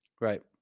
Right